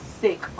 sick